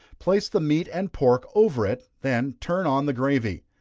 place the meat and pork over it, then turn on the gravy.